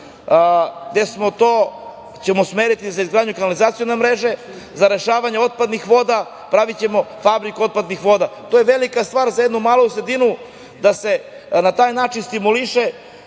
vlade. To ćemo usmeriti za izgradnju kanalizacione mreže, za rešavanje otpadnih voda, pravićemo fabriku otpadnih voda. To je velika stvar za jednu malu sredinu, da se na taj način stimuliše.